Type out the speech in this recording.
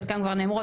חלקם נאמרו,